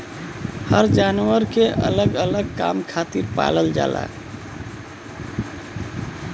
हर जानवर के अलग अलग काम खातिर पालल जाला